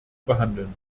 behandeln